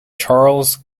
charles